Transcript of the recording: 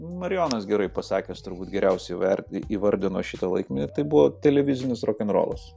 marijonas gerai pasakęs turbūt geriausiai vert įvardino šitą laikmetį tai buvo televizinis rokenrolas